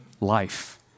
life